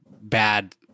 bad